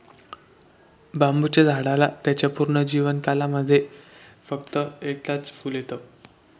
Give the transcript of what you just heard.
बांबुच्या झाडाला त्याच्या पूर्ण जीवन काळामध्ये फक्त एकदाच फुल येत